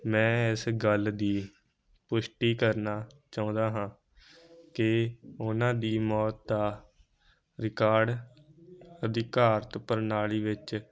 ਮੈਂ ਇਸ ਗੱਲ ਦੀ ਪੁਸ਼ਟੀ ਕਰਨਾ ਚਾਹੁੰਦਾ ਹਾਂ ਕਿ ਉਨ੍ਹਾਂ ਦੀ ਮੌਤ ਦਾ ਰਿਕਾਡ ਅਧਿਕਾਰਿਤ ਪ੍ਰਣਾਲੀ ਵਿੱਚ